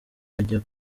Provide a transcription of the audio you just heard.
ajya